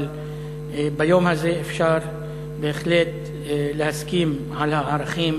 אבל ביום הזה אפשר בהחלט להסכים על הערכים